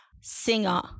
Singer